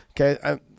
Okay